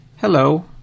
hello